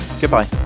goodbye